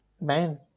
Man